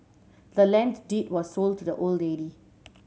the land's deed was sold to the old lady